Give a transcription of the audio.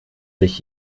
sich